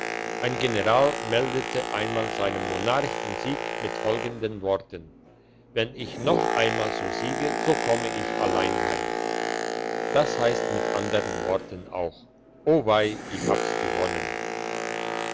ein general meldete einmal seinem monarch den sieg mit folgenden worten wenn ich noch einmal so siege so komme ich allein heim das heisst mit andern worten auch o weih ich hab's gewonnen